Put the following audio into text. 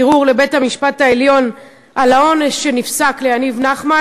ערעור לבית-המשפט העליון על העונש שנפסק ליניב נחמן.